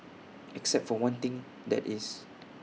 except for one thing that is